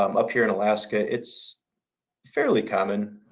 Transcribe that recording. um up here in alaska, it's fairly common.